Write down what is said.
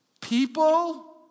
people